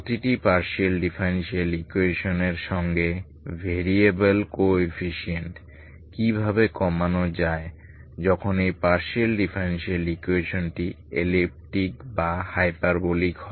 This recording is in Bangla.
প্রতিটি পার্শিয়াল ডিফারেনশিএল ইকুয়েশন সঙ্গে ভ্যারিয়েবল কোএফিসিয়েন্ট কিভাবে কমানো যায় যখন এই পার্শিয়াল ডিফারেনশিয়াল ইকুয়েশনটি এলিপ্টিক বা প্যারাবোলিক হয়